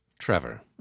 trevor.